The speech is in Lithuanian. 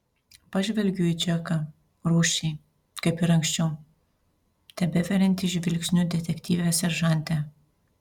pažvelgiu į džeką rūsčiai kaip ir anksčiau tebeveriantį žvilgsniu detektyvę seržantę